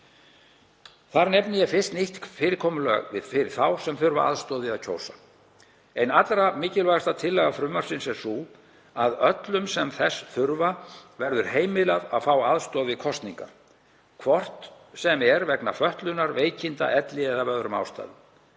Þar nefni ég fyrst nýtt fyrirkomulag fyrir þá sem þurfa aðstoð við að kjósa. Ein allra mikilvægasta tillaga frumvarpsins er sú að öllum sem þess þurfa verður heimilað að fá aðstoð við kosningar, hvort sem er vegna fötlunar, veikinda, elli eða af öðrum ástæðum.